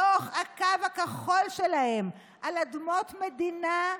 בתוך הקו הכחול שלהם, על אדמות מדינה,